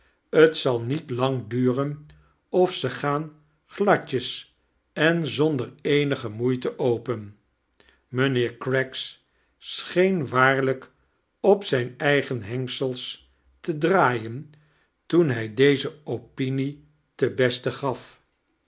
t zal ndeit lang duren of ze gaan gladjes en bonder eenige moeite open mijnheer craggs scheen waarlijk op zijn edgen hengsels te draaien toen hij deze opinie ten beste gaf